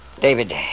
David